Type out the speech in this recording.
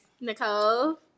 Nicole